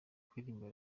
kuririmba